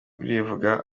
ribivuga